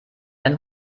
ein